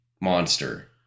monster